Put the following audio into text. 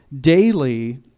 daily